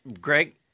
Greg